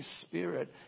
Spirit